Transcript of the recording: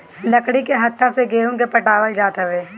लकड़ी के हत्था से गेंहू के पटावल जात हवे